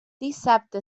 dissabte